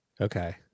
Okay